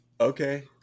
okay